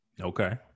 Okay